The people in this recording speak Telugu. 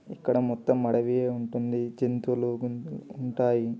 ఇక్కడ మొత్తం అడవి ఉంటుంది జంతువులు ఉంటాయి